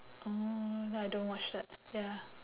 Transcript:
mm I don't watch that ya